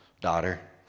daughter